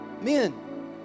men